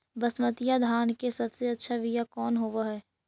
बसमतिया धान के सबसे अच्छा बीया कौन हौब हैं?